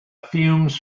fumes